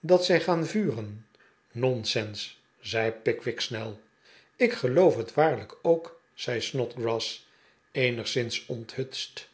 dat zij gaan vuren nonsens zei pickwick snel ik geloof het waarlijk ook zei snodgrass eenigszins onthutst